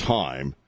time